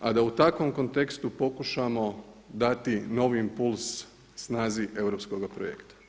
a da u takvom kontekstu pokušamo dati novi impuls snazi europskoga projekta.